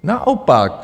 Naopak.